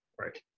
Right